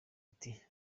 ati